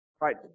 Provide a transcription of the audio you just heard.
Right